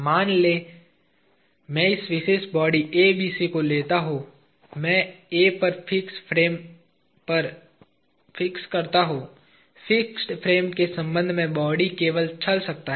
मान लीजिए मैं इस विशेष बॉडी ABC को लेता हूं और मैं A पर फिक्स फ्रेम पर फिक्स करता हूं फिक्स फ्रेम के संबंध में बॉडी केवल चल सकता है